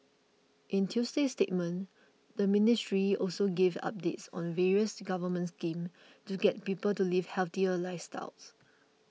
in Tuesday's statement the ministry also gave updates on various government schemes to get people to live healthier lifestyles